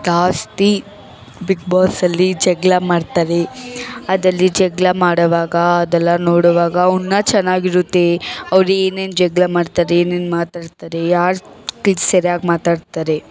ಜಾಸ್ತಿ ಬಿಗ್ ಬಾಸಲ್ಲಿ ಜಗಳ ಮಾಡ್ತಾರೆ ಅದಲ್ಲಿ ಜಗಳ ಮಾಡೋವಾಗ ಅದೆಲ್ಲ ನೋಡೋವಾಗ ಉಣ್ಣ ಚೆನ್ನಾಗಿರುತ್ತೆ ಅವ್ರು ಏನೇನು ಜಗಳ ಮಾಡ್ತಾರೆ ಏನೇನು ಮಾತಾಡ್ತಾರೆ ಯಾರು ಒಟ್ಟಿಗೆ ಸರಿಯಾಗ್ ಮಾತಾಡ್ತಾರೆ